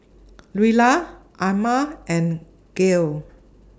Luella Amma and Gayle